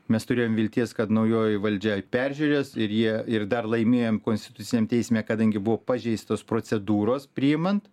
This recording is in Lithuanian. mes turėjom vilties kad naujoji valdžia peržiūrės ir jie ir dar laimėjom konstituciniam teisme kadangi buvo pažeistos procedūros priimant